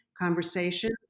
conversations